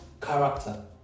character